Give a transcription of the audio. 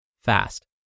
fast